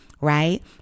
Right